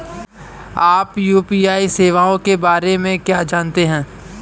आप यू.पी.आई सेवाओं के बारे में क्या जानते हैं?